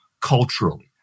culturally